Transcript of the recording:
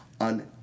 on